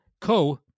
co